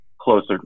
closer